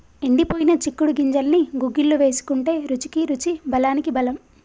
ఎండిపోయిన చిక్కుడు గింజల్ని గుగ్గిళ్లు వేసుకుంటే రుచికి రుచి బలానికి బలం